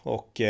Och